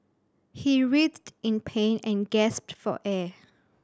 he writhed in pain and gasped for air